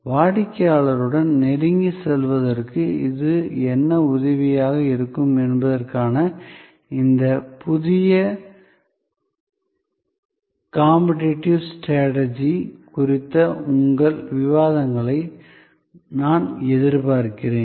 வாடிக்கையாளருடன் நெருங்கிச் செல்வதற்கு இது என்ன உதவியாக இருக்கும் என்பதற்கான இந்தப் புதிய காம்பெடேட்டிவ் ஸ்ட்ரேட்டஜி குறித்த உங்கள் விவாதங்களை நான் எதிர்பார்க்கிறேன்